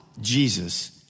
Jesus